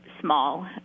small